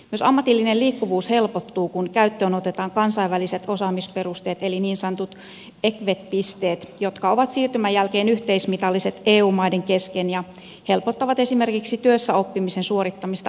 myös ammatillinen liikkuvuus helpottuu kun käyttöön otetaan kansainväliset osaamisperusteet eli niin sanotut ecvet pisteet jotka ovat siirtymän jälkeen yhteismitalliset eu maiden kesken ja helpottavat esimerkiksi työssäoppimisen suorittamista ulkomailla